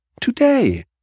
Today